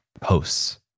posts